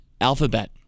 Alphabet